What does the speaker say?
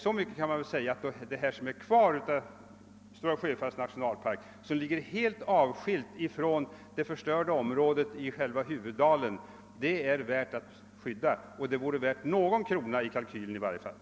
Det som är kvar av Stora Sjöfallets nationalpark och som ligger avskilt från det förstörda området i själva huvuddalen är värt att skydda och vore väl därför värt i varje fall någon krona i kalkylen.